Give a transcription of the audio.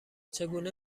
چگونه